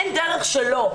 אין דרך שלא.